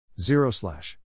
Zero-slash